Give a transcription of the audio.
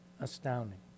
astounding